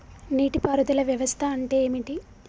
నీటి పారుదల వ్యవస్థ అంటే ఏంటి?